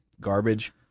Garbage